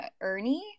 Ernie